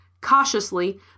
Cautiously